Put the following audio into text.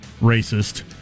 racist